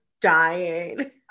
dying